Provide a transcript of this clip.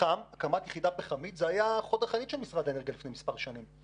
למשל הקמת יחידה פחמית היה חוד החנית של משרד האנרגיה לפני מספר שנים,